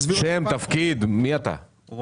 לא.